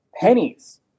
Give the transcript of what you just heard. pennies